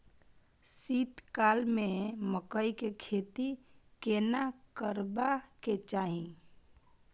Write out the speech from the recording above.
शीत काल में मकई के खेती केना करबा के चाही?